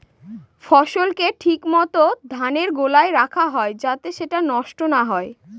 ফসলকে ঠিক মত ধানের গোলায় রাখা হয় যাতে সেটা নষ্ট না হয়